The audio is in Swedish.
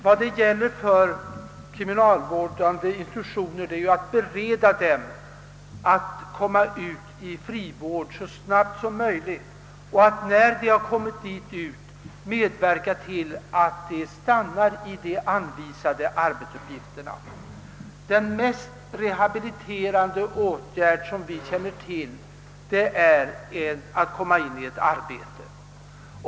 Vad det gäller för kriminalvårdande institutioner är ju att bereda dessa människor för att komma ut i frivård så snabbt som möjligt och att när de har kommit därhän medverka till att de stannar i de anvisade arbetsuppgifterna. Den mest rehabiliterande åtgärd som vi känner till är att föra in dem i ett arbete.